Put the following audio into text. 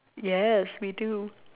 yes we do